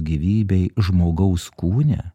gyvybei žmogaus kūne